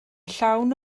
llawn